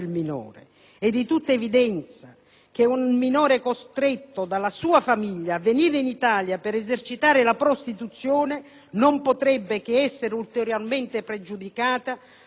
che un minore costretto dalla sua famiglia a venire in Italia per esercitare la prostituzione non potrebbe che essere ulteriormente pregiudicato qualora venisse riconsegnato ai suoi.